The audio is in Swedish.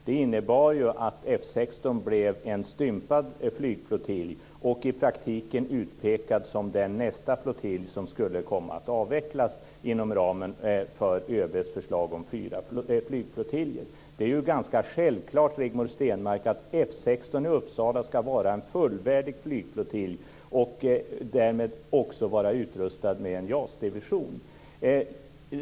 Det innebar att F 16 blev en stympad flottilj och i praktiken utpekad som nästa flottilj som skulle komma att avvecklas inom ramen för ÖB:s förslag om fyra flygflottiljer. Det är ju ganska självklart, Rigmor Stenmark, att F 16 i Uppsala ska vara en fullvärdig flygflottilj och därmed också vara utrustad med en JAS-division.